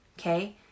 okay